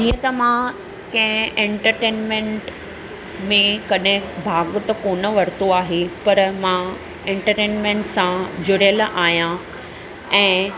हीअं त मां कंहिं ऐंटरटेनमेंट में कॾहिं भाॻु त कोन्ह वरितो आहे पर मां ऐंटरटेनमेंट सां जुड़ियल आहियां ऐं